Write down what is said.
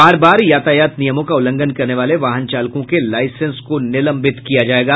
बार बार यातायात नियमों का उल्लंघन करने वाले वाहन चालकों के लाईसेंस को निलंबित किया जायेगा